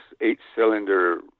eight-cylinder